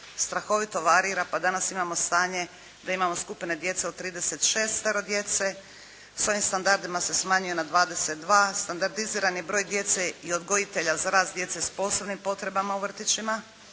strahovito varira, pa danas imamo stanje da imamo skupine djece od 36 djece, s ovim standardima se smanjuje na 22, standardiziran je broj djece i odgojitelja za rad djece s posebnim potrebama u vrtićima,